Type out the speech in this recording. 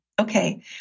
Okay